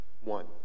one